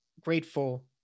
grateful